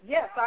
Yes